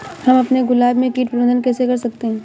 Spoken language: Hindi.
हम अपने गुलाब में कीट प्रबंधन कैसे कर सकते है?